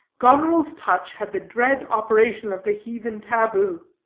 goneril's touch had the dread operation of the heathen taboo.